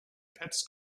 pets